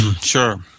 Sure